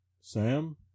sam